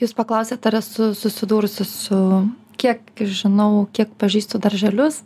jūs paklausėt ar esu susidūrusi su kiek žinau kiek pažįstu darželius